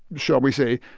shall we say,